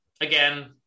Again